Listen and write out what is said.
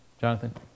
Jonathan